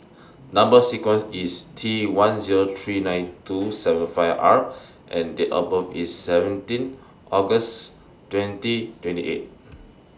Number sequence IS T one Zero three nine two seven five R and Date of birth IS seventeen August twenty twenty eight